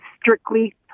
strictly